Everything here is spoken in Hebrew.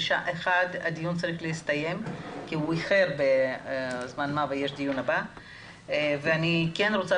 כיוון שהדיון צריך להסתיים בשעה 13:00 ואני כן רוצה